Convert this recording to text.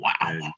Wow